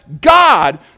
God